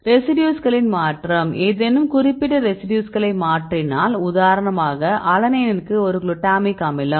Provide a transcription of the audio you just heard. ரெசிடியூஸ்களின் மாற்றம் ஏதேனும் குறிப்பிட்ட ரெசிடியூஸ்களை மாற்றினால் உதாரணமாக அலனைனுக்கு ஒரு குளுட்டமிக் அமிலம்